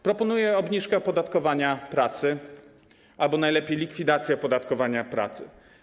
Proponuję obniżkę opodatkowania pracy albo najlepiej likwidację opodatkowania pracy.